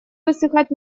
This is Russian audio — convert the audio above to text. высыхать